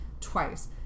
twice